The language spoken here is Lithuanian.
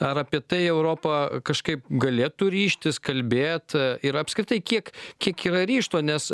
ar apie tai europa kažkaip galėtų ryžtis kalbėti ir apskritai kiek kiek yra ryžto nes